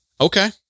Okay